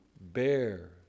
bear